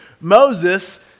Moses